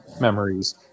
memories